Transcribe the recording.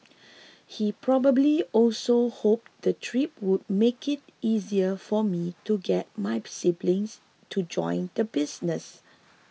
he probably also hoped the trip would make it easier for me to get my siblings to join the business